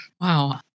Wow